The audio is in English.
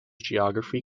geography